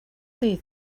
these